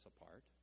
apart